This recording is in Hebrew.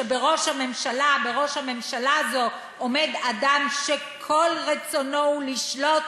בראש הממשלה הזאת עומד אדם שכל רצונו הוא לשלוט